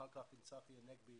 אחר כך עם צחי הנגבי